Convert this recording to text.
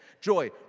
Joy